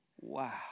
wow